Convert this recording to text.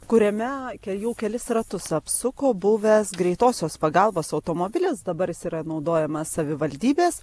kuriame jau kelis ratus apsuko buvęs greitosios pagalbos automobilis dabar jis yra naudojamas savivaldybės